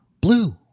blue